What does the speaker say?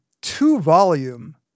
two-volume